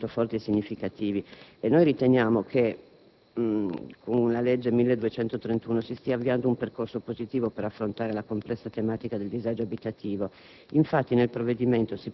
Sono dati molto forti e significativi. Riteniamo che con il disegno di legge n. 1231 si stia avviando un processo positivo per affrontare la complessa tematica del disagio abitativo.